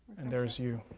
and there's you.